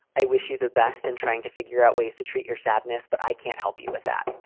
i wish you the best and trying to figure out ways to treat your sadness. but i can't help you with that.